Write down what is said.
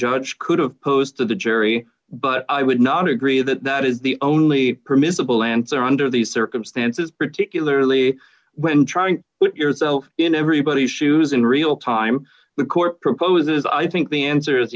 judge could have posed to the jury but i would not agree that that is the only permissible answer under these circumstances particularly when trying to put yourself in everybody's shoes in real time the court proposes i think the answer is